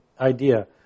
idea